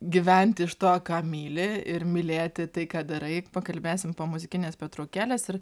gyventi iš to ką myli ir mylėti tai ką darai pakalbėsim po muzikinės pertraukėlės ir